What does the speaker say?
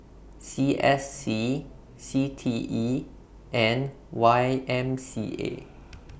C S C C T E and Y M C A